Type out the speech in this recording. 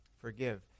forgive